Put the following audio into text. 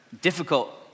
difficult